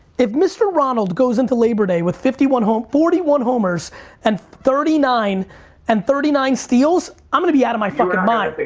if mr. ronald goes into labor day with fifty one home, forty one homers and thirty nine and thirty nine steals, i'm gonna be out of my fucking mind.